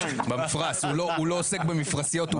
הוא לא עוסק במפרשיות.